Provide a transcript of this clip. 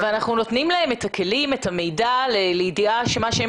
ואנחנו נותנים להם את הכלים ואת המידע שמה שהם